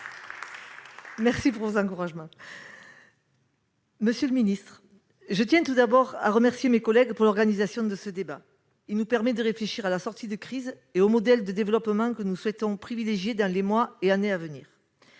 sa première intervention dans l'hémicycle. Je tiens tout d'abord à remercier mes collègues pour l'organisation de ce débat. Il nous permet de réfléchir à la sortie de crise et aux modèles de développement que nous souhaitons privilégier dans les mois et années à venir.